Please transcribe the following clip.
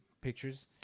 pictures